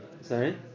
Sorry